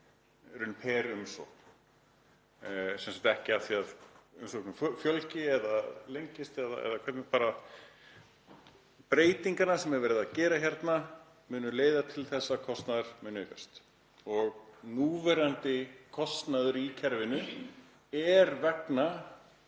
raun per umsókn, sem sagt ekki af því að umsóknum fjölgi eða ferlið lengist. Breytingarnar sem verið er að gera hérna munu leiða til þess að kostnaður mun aukast og núverandi kostnaður í kerfinu er vegna